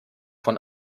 von